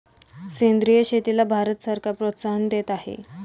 सेंद्रिय शेतीला भारत सरकार प्रोत्साहन देत आहे